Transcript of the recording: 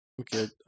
Okay